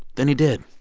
then he did